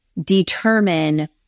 determine